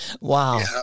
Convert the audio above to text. wow